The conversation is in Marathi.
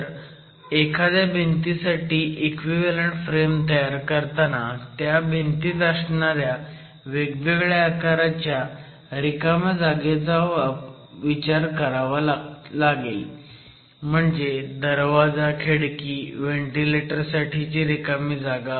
तर एखाद्या भिंतीसाठी इक्विव्हॅलंट फ्रेम तयार करताना त्या भिंतीत असणाऱ्या वेगवेगळ्या आकाराच्या रिकाम्या जागेचा विचार करावा लागेल म्हणजे दरवाजा खिडकी व्हेंटिलेटर साठीची रिकामी जागा